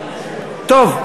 טוב,